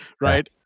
right